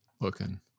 looking